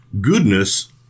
Goodness